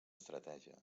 estratègia